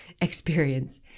experience